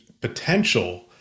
potential